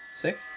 Six